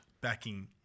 backing